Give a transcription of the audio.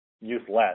useless